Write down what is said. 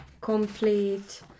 complete